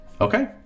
Okay